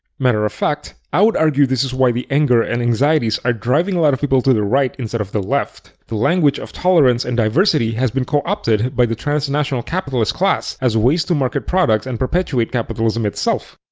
matter of fact, i'd argue this is why the anger and anxieties are driving a lot of people to the right instead of the left. the language of tolerance and diversity has been co-opted by the transnational capitalist class, as ways to market products and perpetuate capitalism itself.